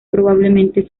probablemente